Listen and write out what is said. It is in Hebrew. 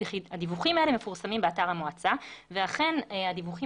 וכי הדיווחים האלה מפורסמים באתר המועצה ואכן הדיווחים